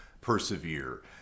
persevere